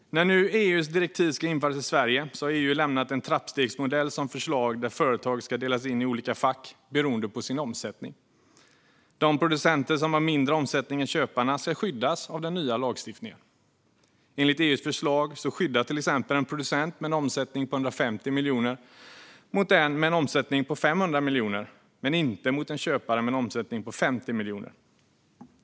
När EU:s direktiv nu ska införas i Sverige har EU lämnat förslag på en trappstegsmodell där företag ska delas in i olika fack beroende på omsättning. De producenter som har mindre omsättning än köparna ska skyddas av den nya lagstiftningen. Enligt EU:s förslag skyddas till exempel en producent med en omsättning på 150 miljoner mot en köpare med en omsättning på 500 miljoner men inte mot en köpare med en omsättning på 50 miljoner.